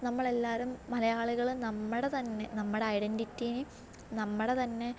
നമ്മളെല്ലാവരും മലയാളികൾ നമ്മുടെ തന്നെ നമ്മുടെ ഐഡൻറ്റിറ്റീനേയും നമ്മുടെ തന്നെ